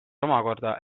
omakorda